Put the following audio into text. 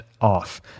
off